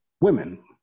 women